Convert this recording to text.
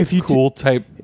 cool-type